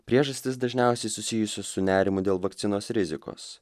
priežastys dažniausiai susijusios su nerimu dėl vakcinos rizikos